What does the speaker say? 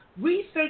research